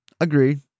Agreed